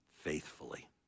faithfully